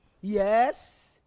Yes